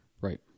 Right